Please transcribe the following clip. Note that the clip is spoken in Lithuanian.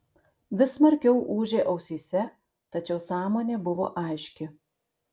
vis smarkiau ūžė ausyse tačiau sąmonė buvo aiški